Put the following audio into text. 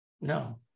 No